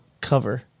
cover